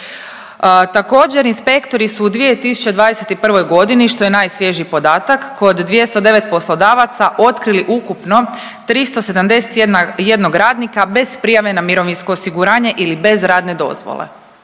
Također inspektori su u 2021.g. što je najsvježiji podatak kod 209 poslodavaca otkrili ukupno 371 radnika bez prijave na mirovinsko osiguranje ili bez radne dozvole,